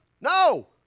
No